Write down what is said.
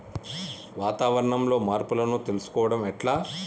వాతావరణంలో మార్పులను తెలుసుకోవడం ఎట్ల?